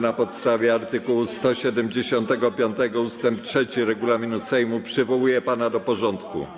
Na podstawie art. 175 ust. 3 regulaminu Sejmu przywołuję pana do porządku.